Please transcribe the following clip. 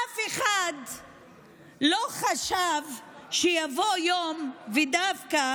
אף אחד לא חשב שיבוא יום, ודווקא